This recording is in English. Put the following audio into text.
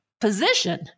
position